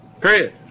Period